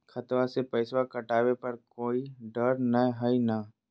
खतबा से पैसबा कटाबे पर कोइ डर नय हय ना?